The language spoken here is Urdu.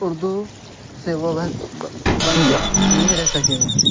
اردو سے وہ ونچت نہیں رہ سکے